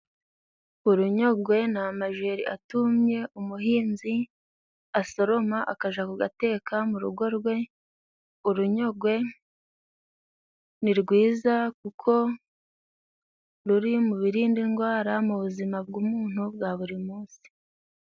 Urunyogwe ni amajeri atumye, umuhinzi asoroma akaja kugateka mu rugo rwe. Urunyogwe ni rwiza kuko ruri mu birinda indwara mu buzima bw'umuntu bwa buri munsi.